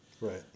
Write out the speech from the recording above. Right